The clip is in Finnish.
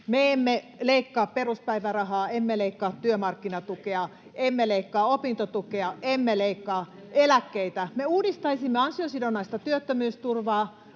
Me emme leikkaa peruspäivärahaa, emme leikkaa työmarkkinatukea, [Antti Lindtman: Leikkaatte!] emme leikkaa opintotukea, emme leikkaa eläkkeitä. Me uudistaisimme ansiosidonnaista työttömyysturvaa,